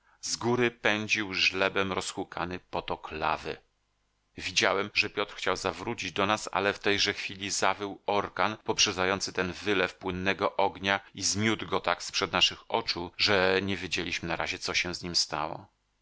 z góry pędził żlebem rozhukany potok lawy widziałem że piotr chciał zawrócić do nas ale w tejże chwili zawył orkan poprzedzający ten wylew płynnego ognia i zmiótł go tak z przed naszych oczu że nie wiedzieliśmy na razie co się z nim stało